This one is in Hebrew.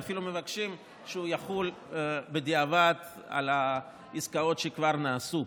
ואפילו מבקשים שהוא יחול בדיעבד על העסקאות שכבר נעשו.